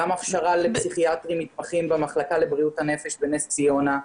גם הכשרה לפסיכיאטרים מתמחים במחלקה לבריאות הנפש בנס ציונה,